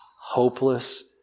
hopeless